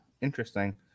Interesting